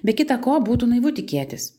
be kita ko būtų naivu tikėtis